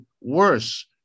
worse